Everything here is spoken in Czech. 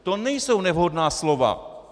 To nejsou nevhodná slova.